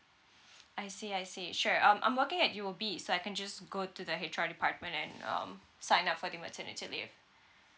I see I see sure um I'm working at U_O_B so I can just go to the H_R department and um sign up for the maternity leave